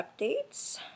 updates